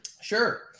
sure